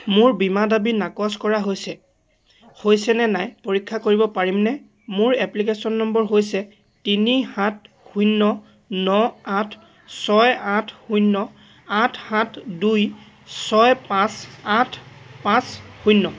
মোৰ বীমা দাবী নাকচ কৰা হৈছে হৈছে নে নাই পৰীক্ষা কৰিব পাৰিমনে মোৰ এপ্লিকেশ্যন নম্বৰ হৈছে তিনি সাত শূন্য ন আঠ ছয় আঠ শূন্য আঠ সাত দুই ছয় পাঁচ আঠ পাঁচ শূন্য